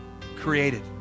created